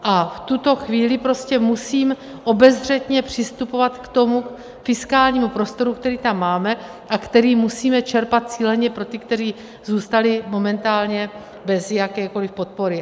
A v tuto chvíli prostě musím obezřetně přistupovat k tomu fiskálnímu prostoru, který tam máme a který musíme čerpat cíleně pro ty, kteří zůstali momentálně bez jakékoliv podpory.